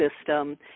system